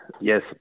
yes